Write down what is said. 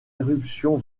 éruption